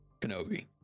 Kenobi